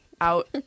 out